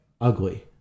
ugly